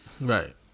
Right